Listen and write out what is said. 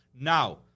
Now